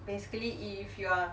basically if you are